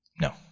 No